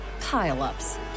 pile-ups